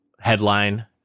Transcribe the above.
headline